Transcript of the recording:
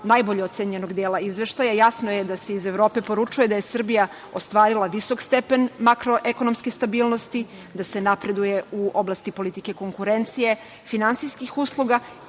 najbolje ocenjenog dela izveštaja, jasno je da se iz Evrope poručuje da je Srbija ostvarila visok stepen makroekonomske stabilnosti, da se napreduje u oblasti politike konkurencije, finansijskih usluga